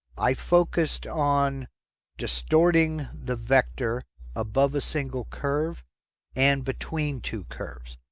i focused on distorting the vector above a single curve and between two curves.